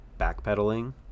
backpedaling